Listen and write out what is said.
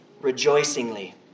rejoicingly